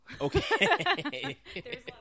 Okay